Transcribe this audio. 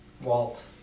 Walt